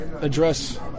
address